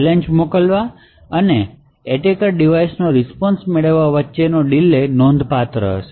challenge મોકલવા અને attacker ડિવાઇસનો રીસ્પોન્શ મેળવવા વચ્ચેનો ડીલે નોંધપાત્ર હશે